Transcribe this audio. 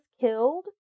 killed